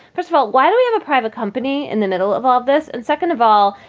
first of all, why do we have a private company in the middle of all of this? and second of all,